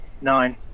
nine